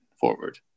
forward